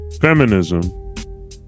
feminism